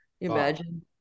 Imagine